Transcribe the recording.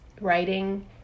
writing